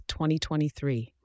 2023